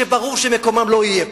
שברור שמקומן לא יהיה פה.